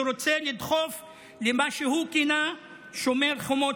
שרוצה לדחוף למה שהוא כינה "שומר חומות